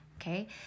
Okay